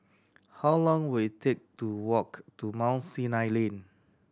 how long will it take to walk to Mount Sinai Lane